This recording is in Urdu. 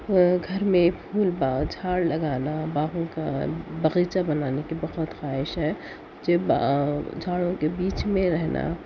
گھر میں پھول باغ جھاڑ لگانا باغوں کا باغیچہ بنانے کی بہت خواہش ہے مجھے جھاڑوں کے بیچ میں رہنا